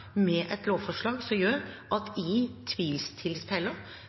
med et lovforslag som gjør at i tvilstilfeller,